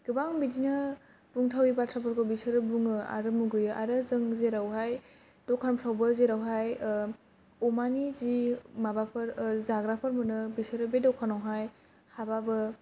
गोबां बिदिनो बुंथावै बाथ्राखौ बिसोरो बुंङो आरो मुगैयो आरो जों जेरावहाय दखानफ्रावबो जेरावहाय अमा नि जि माबाफोर जाग्राफोर मोनो बिसोरो बे दखानाव हाय हाबाबो